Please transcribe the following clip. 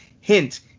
Hint